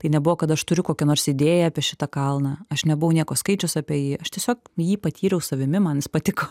tai nebuvo kad aš turiu kokią nors idėją apie šitą kalną aš nebuvau nieko skaičius apie jį aš tiesiog jį patyriau savimi man jis patiko